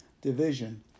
Division